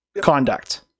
conduct